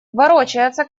ворочается